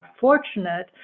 fortunate